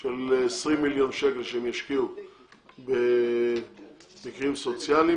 של 20 מיליון שקל שהם ישקיעו במקרים סוציאליים,